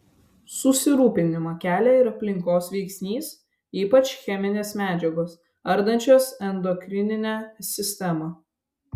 susirūpinimą kelia ir aplinkos veiksnys ypač cheminės medžiagos ardančios endokrininę sistemą